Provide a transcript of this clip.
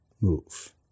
move